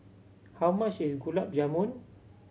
how much is Gulab Jamun